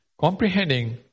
comprehending